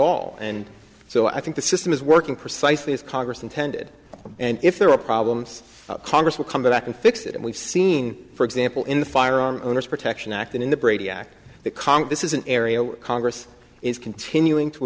all and so i think the system is working precisely as congress intended and if there are problems congress will come back and fix it and we've seen for example in the firearm owners protection act in the brady act that congress is an area where congress is continuing to